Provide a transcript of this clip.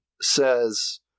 says